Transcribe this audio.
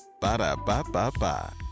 Ba-da-ba-ba-ba